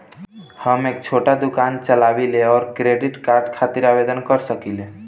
हम एक छोटा दुकान चलवइले और क्रेडिट कार्ड खातिर आवेदन कर सकिले?